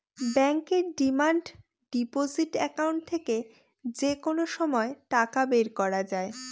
ব্যাঙ্কের demand deposit account থেকে যে কোনো সময় টাকা বের করা যায়